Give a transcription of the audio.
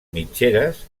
mitgeres